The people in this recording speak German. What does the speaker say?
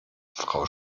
frau